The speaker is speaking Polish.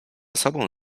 sobą